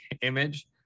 image